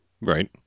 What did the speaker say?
right